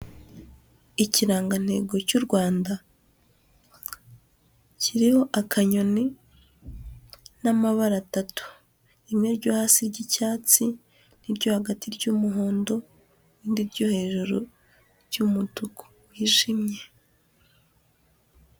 Ikirangantego cy'u Rwanda kiriho akanyoni n'amabara atatu, rimwe ryo hasi ry'icyatsi, n'iryo hagati ry'umuhondo, irindi ryo hejuru ry'umutuku wijimye.